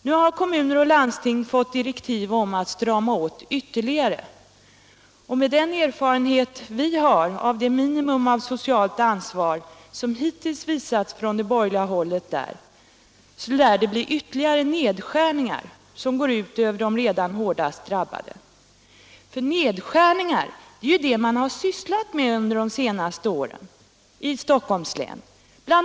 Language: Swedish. Nu har kommuner och landsting fått direktiv om att strama åt ytterligare, och med den erfarenhet vi har av det minimum av socialt ansvar som hittills visats från det borgerliga hållet lär det bli ytterligare nedskärningar, som går ut över de redan hårdast drabbade. För nedskärningar är ju det man sysslat med under de senaste åren i Stockholms län. BI.